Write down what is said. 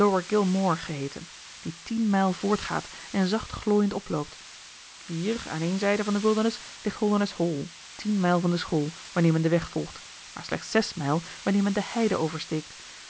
moor geheeten die tien mijl voort gaat en zacht glooiend oploopt hier aan een zijde van de wildernis ligt holdernesse hall tien mijl van de school wanneer men den weg volgt maar slechts zes mijl wanneer men de heide oversteekt